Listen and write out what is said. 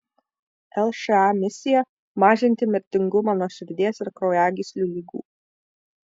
lša misija mažinti mirtingumą nuo širdies ir kraujagyslių ligų